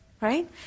Right